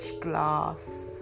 glass